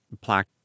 plaque